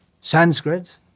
Sanskrit